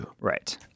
Right